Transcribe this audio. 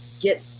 get